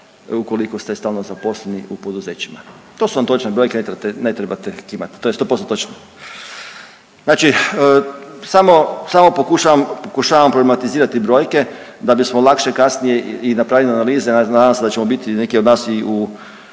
ukoliko ste stalno zaposleni u poduzećima, to su vam točne brojke, ne trebate, ne trebate kimat, to je 100% točno. Znači samo, samo pokušavam, pokušavam problematizirati brojke da bismo lakše kasnije i napravili analize, nadam se da ćemo biti neki od nas i